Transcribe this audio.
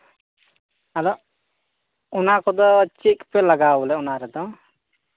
ᱟᱫᱚ ᱚᱱᱟ ᱠᱚᱫᱚ ᱪᱮᱫ ᱠᱚᱯᱮ ᱞᱟᱜᱟᱣᱟ ᱵᱚᱞᱮ ᱚᱱᱟ ᱨᱮᱫᱚ